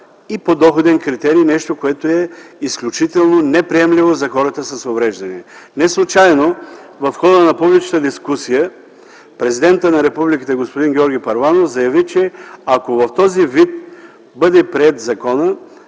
и подоходен критерий – нещо, което е изключително неприемливо за хората с увреждания. Не случайно в хода на публичната дискусия президентът на републиката господин Георги Първанов заяви, че ако в този вид бъде приет законът,